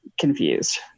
confused